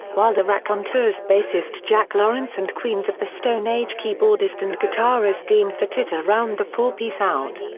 while the raconteurs bassist jack lawrence and queens of the stone age keyboardist and guitarist dean fertita round the four piece out.